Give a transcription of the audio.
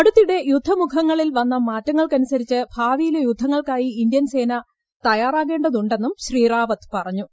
അടുത്തിടെ യുദ്ധമുഖങ്ങളിൽ വസ്കുമാറ്റ്ങ്ങൾക്കനുസരിച്ച് ഭാവിയിലെ യുദ്ധങ്ങൾക്കായി ്ഇന്ത്യൻ സേന തയ്യാറാകേണ്ടതുണ്ടെന്നും ശ്രീ കാവത്ത് പറഞ്ഞു